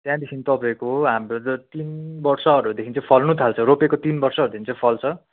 त्यहाँदेखि तपाँईको हाम्रो चाहिँ तिन वर्षहरूदेखि चाहिँ फल्नुथाल्छ रोपेको तिन वर्षहरूदेखि चाहिँ फल्छ